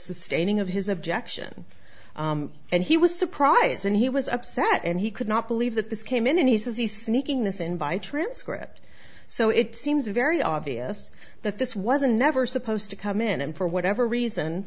sustaining of his objection and he was surprised and he was upset and he could not believe that this came in and he says he's sneaking this in by transcript so it seems very obvious that this was a never supposed to come in and for whatever reason